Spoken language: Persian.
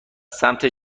سمت